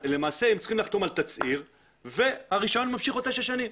למעשה הם צריכים לחתום על תצהיר והרישיון ממשיך עוד תשע שנים.